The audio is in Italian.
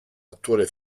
attore